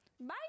Bye